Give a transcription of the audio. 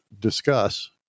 discuss